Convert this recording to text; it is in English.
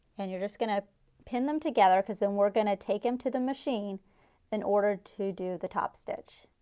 and you are just going to pin them together because then we are going to take them to the machine in order to do the top stitch.